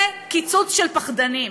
זה קיצוץ של פחדנים.